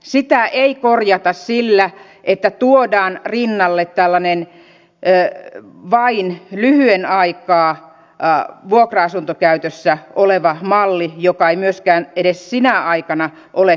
sitä ei korjata sillä että tuodaan rinnalle tällainen vain lyhyen aikaa vuokra asuntokäytössä oleva malli joka ei myöskään edes sinä aikana ole kohtuuhintaista